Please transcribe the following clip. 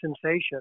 sensation